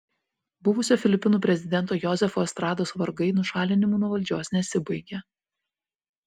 buvusio filipinų prezidento jozefo estrados vargai nušalinimu nuo valdžios nesibaigė